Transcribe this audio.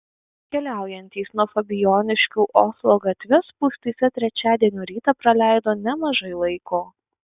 keliaujantys nuo fabijoniškių oslo gatve spūstyse trečiadienio rytą praleido nemažai laiko